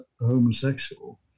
homosexual